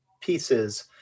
pieces